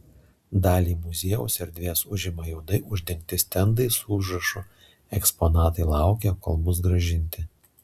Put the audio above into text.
dalį muziejaus erdvės užima juodai uždengti stendai su užrašu eksponatai laukia kol bus grąžinti